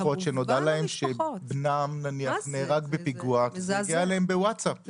יש משפחות שנודע להם שבנם נהרג בפיגוע דרך סרטון בווטסאפ.